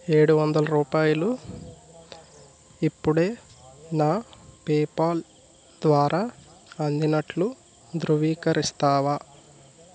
ఏడు వందల రూపాయలు ఇప్పుడే నా పేపాల్ ద్వారా అందినట్లు ధృవీకరిస్తావా